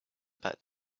about